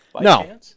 No